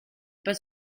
pas